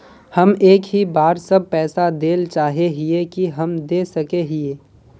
हम एक ही बार सब पैसा देल चाहे हिये की हम दे सके हीये?